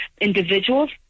individuals